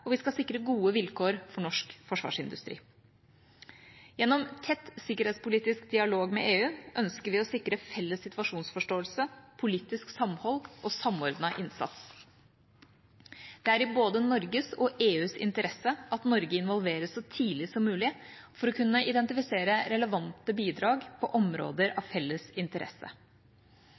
og vi skal sikre gode vilkår for norsk forsvarsindustri. Gjennom tett sikkerhetspolitisk dialog med EU ønsker vi å sikre felles situasjonsforståelse, politisk samhold og samordnet innsats. Det er i både Norges og EUs interesse at Norge involveres så tidlig som mulig for å kunne identifisere relevante bidrag på områder av felles interesse.